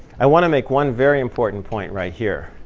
i want to make one very important point right here.